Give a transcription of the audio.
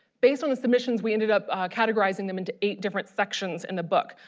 based on the submissions we ended up categorizing them into eight different sections in the book,